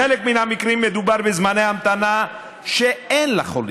בחלק מהמקרים מדובר בזמני המתנה שאין לחולים.